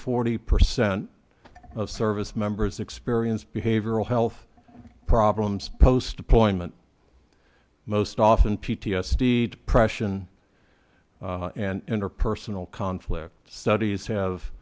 forty percent of service members experience behavioral health problems post deployment most often p t s d depression and interpersonal conflict studies have